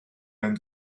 man